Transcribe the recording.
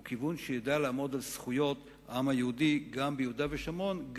הוא כיוון שידע לעמוד על זכויות העם היהודי גם ביהודה ושומרון,